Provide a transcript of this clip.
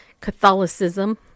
Catholicism